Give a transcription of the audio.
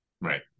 Right